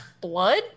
blood